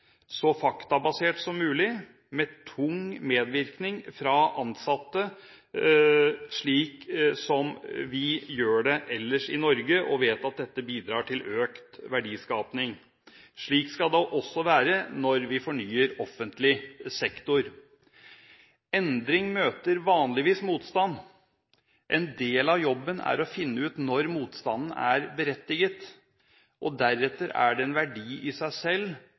så faktabasert som mulig, med tung medvirkning fra ansatte, slik vi gjør det ellers i Norge og vet at dette bidrar til økt verdiskaping. Slik skal det også være når vi fornyer offentlig sektor. Endring møter vanligvis motstand. En del av jobben er å finne ut når motstanden er berettiget. Deretter er det en verdi i seg selv